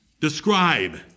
Describe